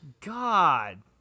God